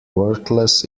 worthless